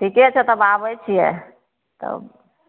ठीके छै तब आबय छियै तब